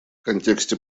контексте